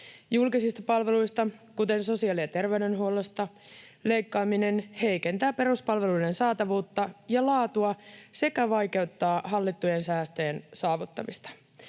Julkisista palveluista, kuten sosiaali- ja terveydenhuollosta, leikkaaminen heikentää peruspalveluiden saatavuutta ja laatua sekä vaikeuttaa hallittujen säästöjen saavuttamista.